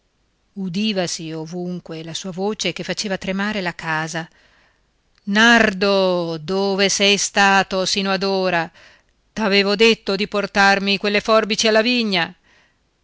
capitava udivasi ovunque la sua voce che faceva tremare la casa nardo dove sei stato sino ad ora t'avevo detto di portarmi quelle forbici alla vigna